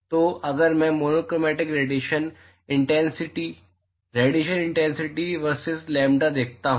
तो अगर मैं monochromatic radiation intensity radiation intensity versus lambda देखता हूं